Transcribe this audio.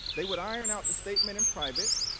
they would iron out the statement in private,